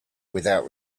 without